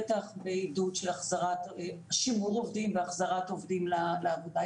בטח בעידוד של שימור עובדים והחזרת עובדים לעבודה.